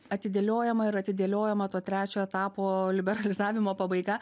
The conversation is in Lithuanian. atidėliojama ir atidėliojama to trečio etapo liberalizavimo pabaiga